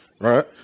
right